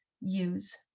use